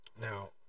Now